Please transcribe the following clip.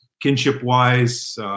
Kinship-wise